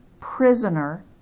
prisoner